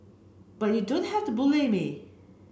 but you don't have to bully me